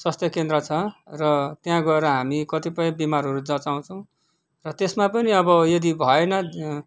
स्वास्थ्य केन्द्र छ र त्यहाँ गएर हामी कतिपय बिमारहरू जचाउँछौँ र त्यसमा पनि अब यदि भएन